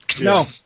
No